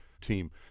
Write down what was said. team